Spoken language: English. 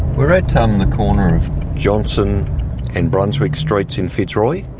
we're at the corner of johnston and brunswick streets in fitzroy.